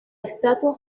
estatua